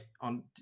on